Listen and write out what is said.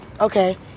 okay